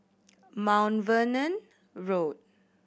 Mount Vernon Road